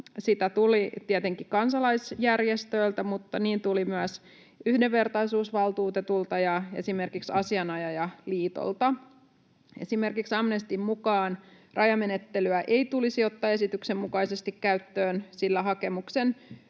Sitä tuli tietenkin kansalaisjärjestöiltä mutta niin tuli myös yhdenvertaisuusvaltuutetulta ja esimerkiksi Asianajajaliitolta. Esimerkiksi Amnestyn mukaan rajamenettelyä ei tulisi ottaa esityksen mukaisesti käyttöön, sillä hakemuksen